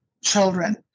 children